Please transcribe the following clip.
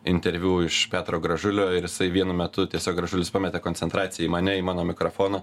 interviu iš petro gražulio ir jisai vienu metu tiesiog gražulis pametė koncentraciją į mane į mano mikrofoną